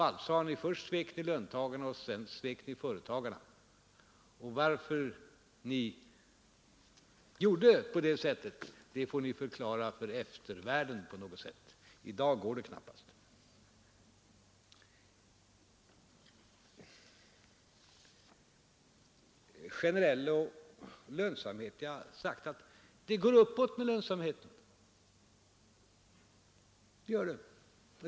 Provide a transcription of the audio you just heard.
Alltså har ni först svikit löntagarna, och sedan har ni svikit företagarna. Varför ni gjort på det sättet får ni förklara för eftervärlden på något vis; i dag går det knappast. Jag har sagt att lönsamheten stiger, och det har ingen förnekat.